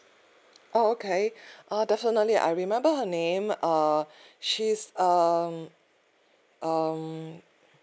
oh okay uh definitely I remember her name err she's um um